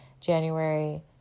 January